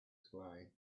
explain